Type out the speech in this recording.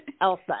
Elsa